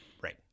Right